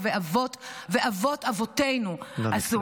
ואבות ואבות אבותינו --- נא לסיים.